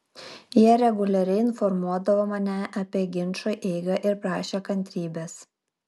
jie reguliariai informuodavo mane apie ginčo eigą ir prašė kantrybės